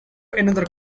another